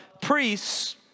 priests